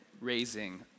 raising